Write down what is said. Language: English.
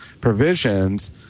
provisions